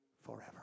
forever